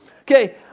Okay